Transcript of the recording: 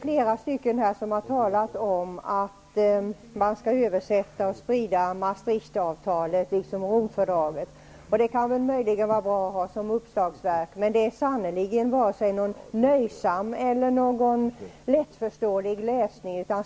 Flera har här talat om att man bör översätta och sprida Maastricht-avtalet liksom Romfördraget, och de kan möjligen vara bra att ha som uppslagsverk, men det är sannerligen inte någon nöjsam eller lättförståelig läsning.